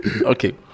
okay